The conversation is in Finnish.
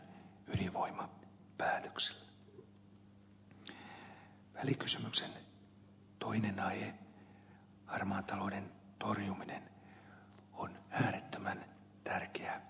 välikysymyksen toinen aihe harmaan talouden torjuminen on äärettömän tärkeä asia